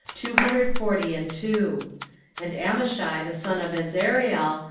two hundred forty and two and amashai the son of azareel,